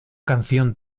canción